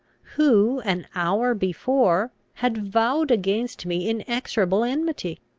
who, an hour before, had vowed against me inexorable enmity,